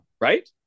Right